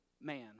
man